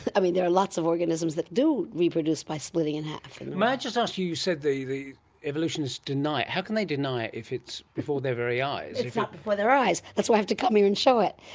i mean, there are lots of organisms that do reproduce by splitting in half. and may i just ask you, you said the the evolutionists deny it. how can they deny it if it's before their very eyes? it's not before their eyes, that's why i have to come here and show it.